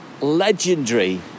legendary